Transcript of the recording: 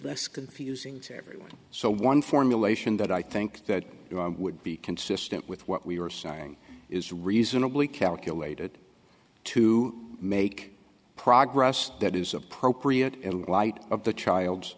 less confusing to everyone so one formulation that i think that would be consistent with what we are saying is reasonably calculated to make progress that is appropriate in light of the child's